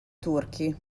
turchi